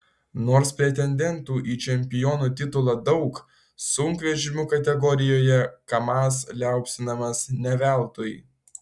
nors pretendentų į čempionų titulą daug sunkvežimių kategorijoje kamaz liaupsinamas ne veltui